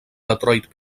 detroit